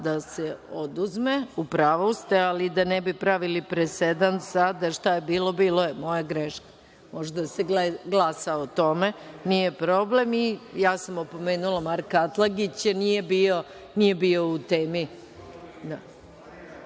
32 sekunde. U pravu ste, ali da ne bi pravili presedan, sada šta je bilo, bilo je, moja greška. Može da se glasa o tome, nije problem. Ja sam opomenula Marka Atlagića da nije bio u temi.